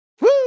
Woo